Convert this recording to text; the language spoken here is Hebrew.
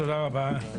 תודה רבה.